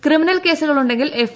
criminal കേസുകൾ ഉണ്ടെങ്കിൽ F